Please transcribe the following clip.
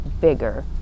bigger